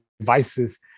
devices